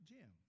Jim